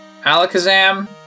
Alakazam